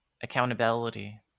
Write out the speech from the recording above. accountability